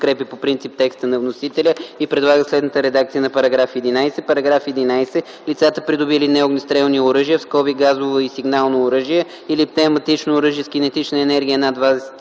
подкрепя по принцип текста на вносителя и предлага следната редакция на § 11: „§ 11. Лицата, придобили неогнестрелни оръжия (газово и сигнално оръжие или пневматично оръжие с кинетична енергия над